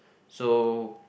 so